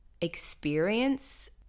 experience